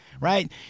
Right